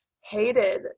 hated